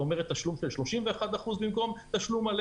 זאת אומרת תשלום של 31% במקום תשלום מלא